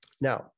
Now